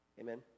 Amen